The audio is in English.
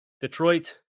Detroit